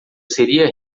seria